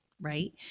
Right